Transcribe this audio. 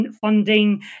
funding